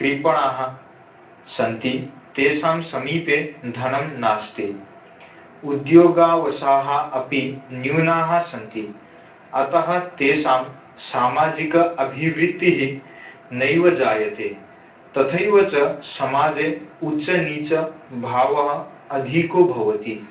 कृपणाः सन्ति तेषां समीपे धनं नास्ति उद्योगावकाशाः अपि न्यूनाः सन्ति अतः तेषां सामाजिक अभिवृद्धिः नैव जायते तथैव च समाजे उच्चनीचभावः अधिको भवति